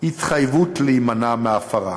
התחייבות להימנע מהפרה.